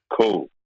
Cool